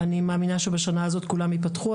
אני מאמינה שבשנה הזאת כולם ייפתחו.